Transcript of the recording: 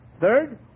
third